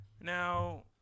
Now